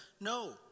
No